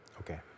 Okay